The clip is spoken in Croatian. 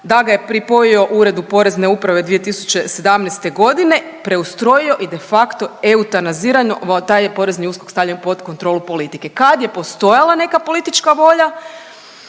da ga je pripojio uredu porezne uprave 2017. godine, preustrojio i de facto eutanazirao, taj porezni USKOK stavljaju pod kontrolu politike. Kad je postojala neka politička volja,